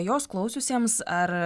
jos klausiusiems ar